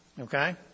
Okay